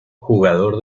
jugador